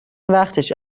وقتش